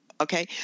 Okay